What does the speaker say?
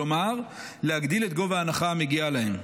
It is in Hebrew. כלומר להגדיל את גובה ההנחה המגיעה להם.